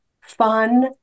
fun